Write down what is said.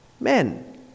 men